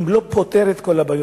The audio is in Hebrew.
גם אם הוא לא פותר את כל הבעיות,